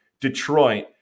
detroit